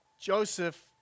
joseph